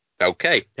okay